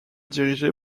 dirigée